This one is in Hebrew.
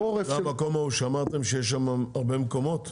זה המקום ההוא שאמרתם שיש שם הרבה מקומות חניה?